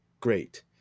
great